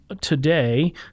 today